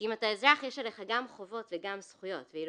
כי אם אתה אזרח יש עליך גם חובות וגם זכויות ואילו